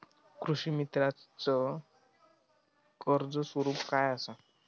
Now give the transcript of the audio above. कृषीमित्राच कर्ज स्वरूप काय असा?